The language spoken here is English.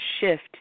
shift